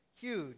huge